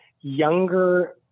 younger